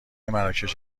مراکش